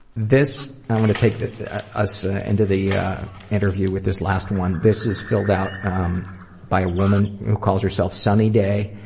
this i'm going to take us into the yeah interview with this last one. this is filled out um by a woman who calls herself sunny day,